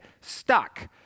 stuck